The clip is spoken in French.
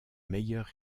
meilleure